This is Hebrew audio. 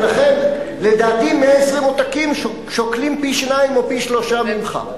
ולכן לדעתי 120 עותקים שוקלים פי-שניים או פי-שלושה ממך.